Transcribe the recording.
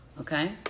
Okay